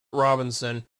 robinson